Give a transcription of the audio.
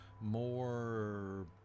more